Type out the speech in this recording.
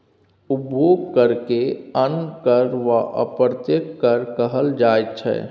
उपभोग करकेँ अन्य कर वा अप्रत्यक्ष कर कहल जाइत छै